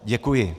Děkuji.